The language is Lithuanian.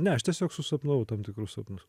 ne aš tiesiog susapnavau tam tikrus sapnus